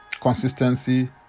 consistency